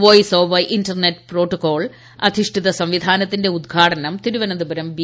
voice over internet protocol അധിഷ്ടിത സംവിധ്ാനത്തിന്റെ ഉദ്ഘാടനം തിരുവനന്തപുരം ബി